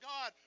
God